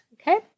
okay